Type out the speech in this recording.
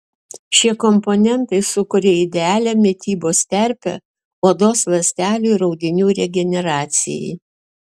šie komponentai sukuria idealią mitybos terpę odos ląstelių ir audinių regeneracijai